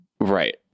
right